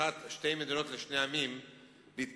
בנוסחת שתי מדינות לשני עמים להתפכח